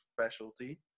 specialty